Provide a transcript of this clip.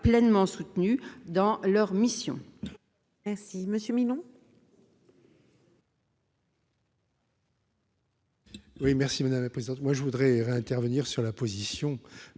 pleinement soutenus dans leur mission